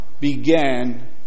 Began